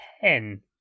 ten